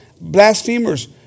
blasphemers